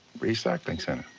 recycling center?